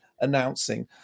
announcing